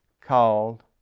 called